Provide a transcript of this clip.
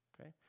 okay